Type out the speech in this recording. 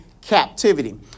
captivity